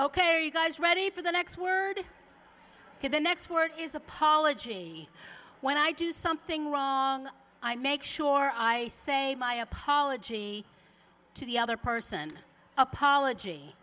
ok you guys ready for the next word to the next word is apology when i do something wrong i make sure i say my apology to the other person apology